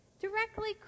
directly